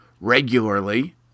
regularly